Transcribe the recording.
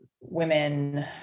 women